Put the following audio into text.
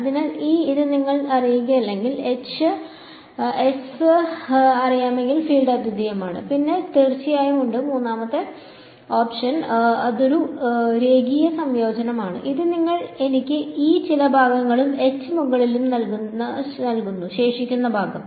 അതിനാൽ ഇത് നിങ്ങൾക്ക് അറിയില്ലെങ്കിൽ നിങ്ങൾക്ക് എല്ലാ S അറിയാമെങ്കിൽ ഫീൽഡ് അദ്വിതീയമാണ് പിന്നെ തീർച്ചയായും ഉണ്ട് മൂന്നാമത്തെ ഓപ്ഷൻ ഒരുതരം രേഖീയ സംയോജനമാണ് അത് നിങ്ങൾ എനിക്ക് ചില ഭാഗങ്ങളിലും മുകളിലും നൽകുന്നു ശേഷിക്കുന്ന ഭാഗം